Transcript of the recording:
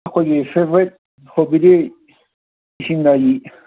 ꯑꯩꯈꯣꯏꯒꯤ ꯐꯦꯕꯣꯔꯥꯏꯠ ꯍꯣꯕꯤꯗꯤ ꯏꯁꯤꯡꯅꯦ ꯑꯩꯒꯤ